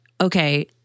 okay